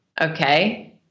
Okay